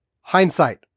hindsight